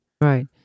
Right